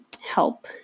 help